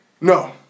no